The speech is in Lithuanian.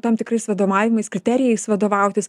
tam tikrais vadovaujamais kriterijais vadovautis